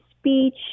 speech